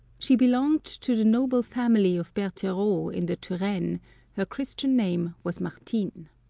she belonged to the noble family of bertercau, in the touraine her christian name was martine.